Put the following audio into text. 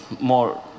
more